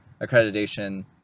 accreditation